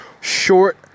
short